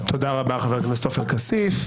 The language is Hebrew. תודה רבה, חבר הכנסת עופר כסיף.